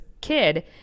kid